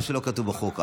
מה שלא כתוב בחוק,